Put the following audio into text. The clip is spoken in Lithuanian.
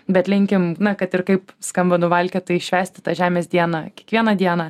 bet linkim na kad ir kaip skamba nuvalkiotai švęsti tą žemės dieną kiekvieną dieną